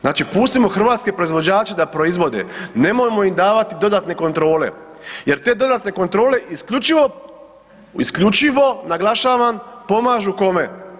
Znači pustimo hrvatske proizvođače da proizvode, nemojmo im davati dodatne kontrole jer te dodatne kontrole isključivo, isključivo, naglašavam, pomažu kome?